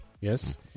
Yes